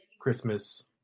Christmas